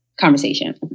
conversation